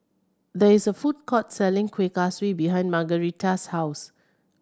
there is a food court selling Kueh Kaswi behind Margaretta's house